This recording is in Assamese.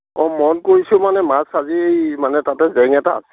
অঁ মন কৰিছোঁ মানে মাছ আজি এই মানে তাতে জেং এটা আছে